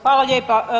Hvala lijepa.